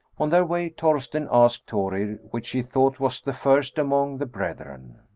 on their way thorsteinn asked thorir which he thought was the first among the brethren